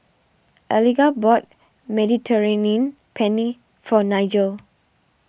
Eliga bought Mediterranean Penne for Nigel